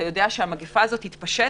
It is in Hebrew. אתה יודע שהמגפה תתפשט,